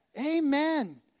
Amen